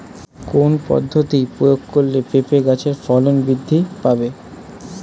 কোন পদ্ধতি প্রয়োগ করলে পেঁপে গাছের ফলন বৃদ্ধি পাবে?